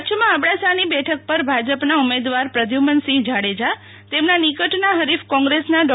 કચ્છમાં અબડાસાની બેઠક પર ભાજપના ઉમેદવાર પ્રધ્યુ મનસિંહ જાડેજા તેમના નિકટના હરીફ કોંગ્રેસના ડો